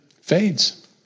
fades